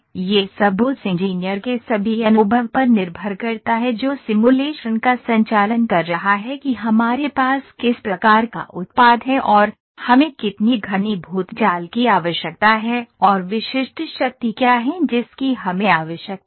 यह सब उस इंजीनियर के सभी अनुभव पर निर्भर करता है जो सिमुलेशन का संचालन कर रहा है कि हमारे पास किस प्रकार का उत्पाद है और हमें कितनी घनीभूत जाल की आवश्यकता है और विशिष्ट शक्ति क्या है जिसकी हमें आवश्यकता है